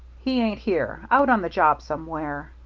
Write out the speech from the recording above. he ain't here. out on the job somewhere.